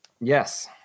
Yes